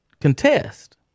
contest